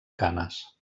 canes